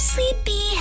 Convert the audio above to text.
Sleepy